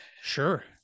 Sure